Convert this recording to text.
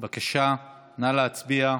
בבקשה, נא להצביע.